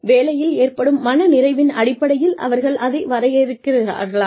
வேலையில் ஏற்படும் மனநிறைவின் அடிப்படையில் அவர்கள் அதை வரையறுக்கிறார்களா